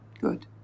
good